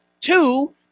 two